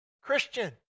Christian